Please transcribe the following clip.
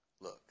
look